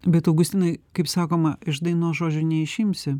bet augustinai kaip sakoma iš dainos žodžių neišimsi